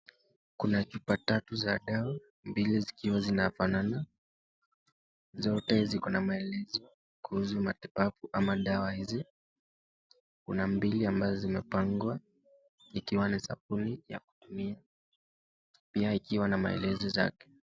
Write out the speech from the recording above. Kuna chupa tatu za dawa mbele zikiwa zinafanana, zote ziko na maelezo kuhusu matibabu ama dawa hizi ,kuna mbili ambazo zimepangwa ikiwa ni sampuli ya kupimia pia ikiwa na maelezo zake.